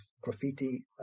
graffiti